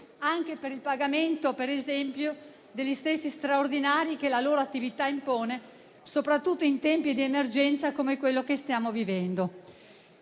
anche per il pagamento degli straordinari che la loro attività impone, soprattutto in tempi di emergenza come quelli che stiamo vivendo.